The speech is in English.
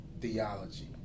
theology